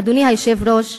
אדוני היושב-ראש,